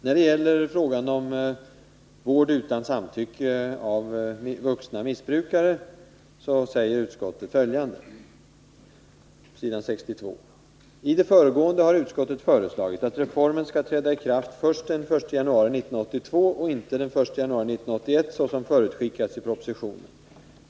När det gäller frågan om vård utan samtycke av vuxna missbrukare säger utskottet på s. 62: ”TI det föregående har utskottet föreslagit att reformen skall träda i kraft först den 1 januari 1982 och inte den 1 januari 1981 såsom förutskickats i propositionen.